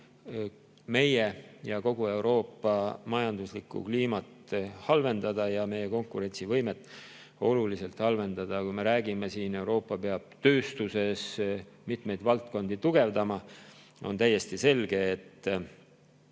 meie ja kogu Euroopa majanduslikku kliimat, samuti meie konkurentsivõimet oluliselt halvendada. Kui me räägime siin sellest, et Euroopa peab tööstuses mitmeid valdkondi tugevdama, siis on täiesti selge, et